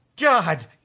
God